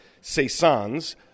saisons